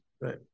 right